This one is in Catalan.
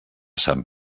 sant